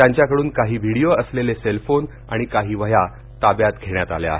त्यांच्याकडून काही विडीओ असलेले सेल फोने आणि काही वह्या ताब्यात घेण्यात आल्या आहेत